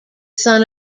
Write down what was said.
son